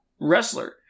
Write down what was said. wrestler